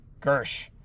Gersh